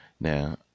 Now